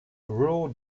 rural